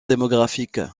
démographique